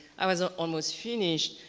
i was ah almost finished.